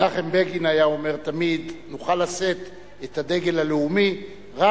מנחם בגין היה אומר תמיד: נוכל לשאת את הדגל הלאומי רק